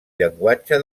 llenguatge